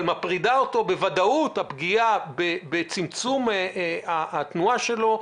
אבל מטרידה אותו בוודאות הפגיעה בצמצום התנועה שלו,